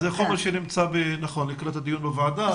זה חומר שנמצא לקראת הדיון בוועדה,